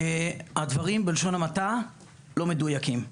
הדברים בלשון המעטה לא מדויקים.